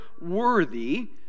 worthy